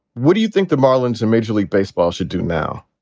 what do you think the marlins and major league baseball should do now?